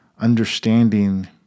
understanding